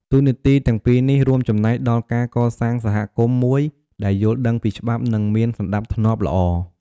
តួនាទីទាំងពីរនេះរួមចំណែកដល់ការកសាងសហគមន៍មួយដែលយល់ដឹងពីច្បាប់ និងមានសណ្តាប់ធ្នាប់ល្អ។